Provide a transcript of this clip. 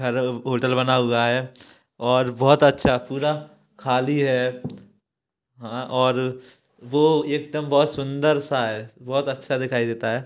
घर होटल बना हुआ है और बहुत अच्छा पूरा खाली है हाँ और वो एकदम बहुत सुंदर सा है बहुत अच्छा दिखाई देता है